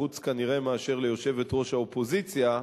כנראה חוץ מאשר ליושבת-ראש האופוזיציה,